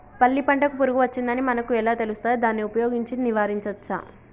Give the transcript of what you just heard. పల్లి పంటకు పురుగు వచ్చిందని మనకు ఎలా తెలుస్తది దాన్ని ఉపయోగించి నివారించవచ్చా?